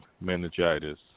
meningitis